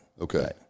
okay